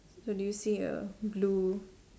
so do you see a blue